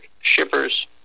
shippers